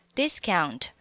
discount